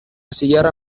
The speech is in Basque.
zilarra